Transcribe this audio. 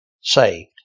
saved